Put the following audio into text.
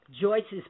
Joyce's